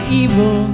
evil